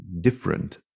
different